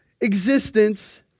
existence